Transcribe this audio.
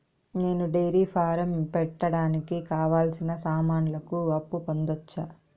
నేను dairy farm పెట్టడానికి కావాల్సిన సామాన్లకు అప్పు పొందొచ్చా?